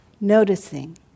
noticing